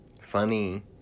funny